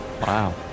Wow